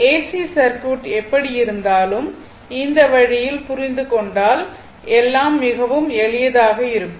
ஐப் பார்க்கவும் AC circuit எப்படியிருந்தாலும் இந்த வழியில் புரிந்து கொண்டால் எல்லாம் மிகவும் எளிதாக இருக்கும்